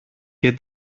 και